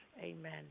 Amen